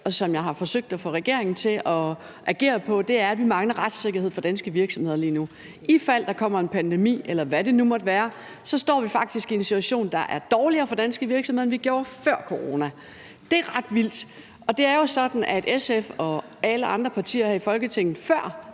og som jeg har forsøgt at få regeringen til at agere på, er den manglende retssikkerhed for danske virksomheder lige nu. I fald der kommer en pandemi, eller hvad det nu måtte være, står vi faktisk i en situation, der er dårligere for danske virksomheder, end vi gjorde før corona. Det er ret vildt, og det er jo sådan, at SF og alle andre partier her i Folketinget før